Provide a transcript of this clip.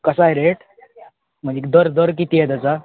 कसा आहे रेट म्हणजे दर दर किती आहे त्याचा